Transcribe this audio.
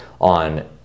on